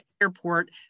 airport